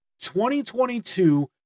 2022